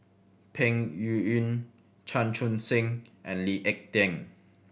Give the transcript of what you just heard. Peng Yuyun Chan Chun Sing and Lee Ek Tieng